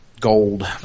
Gold